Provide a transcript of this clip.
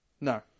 No